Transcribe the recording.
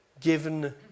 given